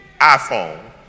iPhone